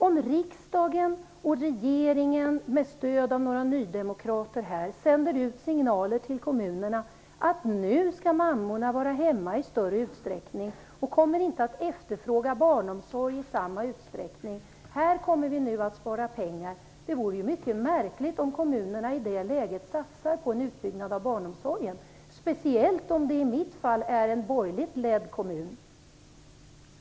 Om riksdagen och regeringen med stöd av några nydemokrater sänder ut signaler till kommunerna om att mammorna nu skall vara hemma i större utsträckning, att de inte kommer att efterfråga barnomsorg i samma omfattning och att vi nu kommer att spara pengar på detta, då vore det naturligtvis mycket märkligt om kommunerna satsade på en utbyggnad av barnomsorgen. Detta gäller speciellt om det, som i mitt fall, rör sig om en borgerligt ledd kommun.